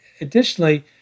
Additionally